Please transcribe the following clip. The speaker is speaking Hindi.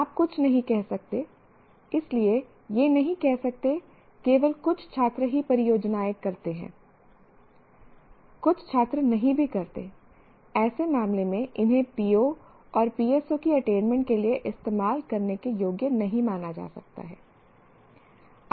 आप कुछ नहीं कह सकते इसलिए यह नहीं कह सकते केवल कुछ छात्र ही परियोजनाएँ करते हैं कुछ छात्र नहीं भी करते ऐसे मामले में इन्हें POsऔर PSOs की अटेनमेंट के लिए इस्तेमाल करने के योग्य नहीं माना जाता है